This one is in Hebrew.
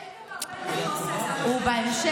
זה איתמר בן גביר עושה, זה המחלקה שלו.